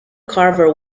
carver